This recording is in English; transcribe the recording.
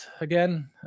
again